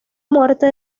muerte